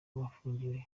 bafungiwe